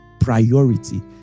priority